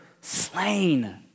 slain